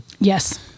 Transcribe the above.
Yes